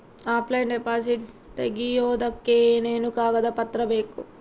Offline deposit ತೆಗಿಯೋದಕ್ಕೆ ಏನೇನು ಕಾಗದ ಪತ್ರ ಬೇಕು?